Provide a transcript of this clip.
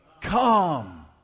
come